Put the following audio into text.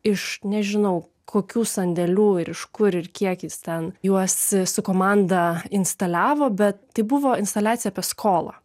iš nežinau kokių sandėlių ir iš kur ir kiek jis ten juos su komanda instaliavo bet tai buvo instaliacija apie skolą